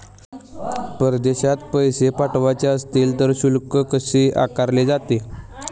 परदेशात पैसे पाठवायचे असतील तर शुल्क कसे आकारले जाते?